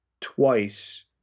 twice